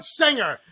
singer